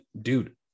dude